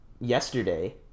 yesterday